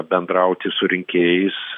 bendrauti su rinkėjais